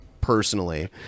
personally